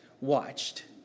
watched